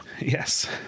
Yes